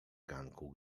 ganku